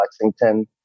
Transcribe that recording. Lexington